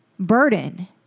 Burden